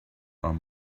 are